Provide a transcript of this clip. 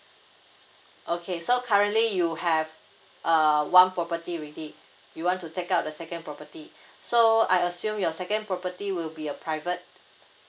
okay so currently you have uh one property already you want to take out the second property so I assume your second property will be a private